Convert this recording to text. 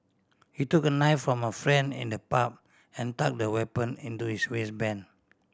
he took a knife from a friend in the pub and tucked the weapon into his waistband